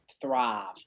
thrive